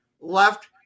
left